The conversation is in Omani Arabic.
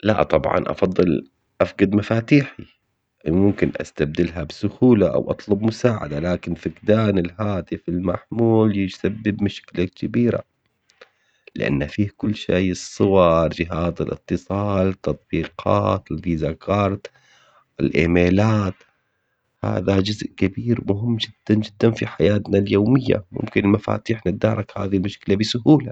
لا طبعا افضل افقد مفاتيحي. ممكن استبدلها بسهولة او اطلب مساعدة لكن فقدان الهاتف المحمول يسبب مشكلة كبيرة. لان فيه كل شي الصور جهاد الاتصال تطبيقات الايميلات هذا جزء كبير مهم جدا جدا في حياتنا اليومية. ممكن مفاتيح نتدارك هذي المشكلة بسهولة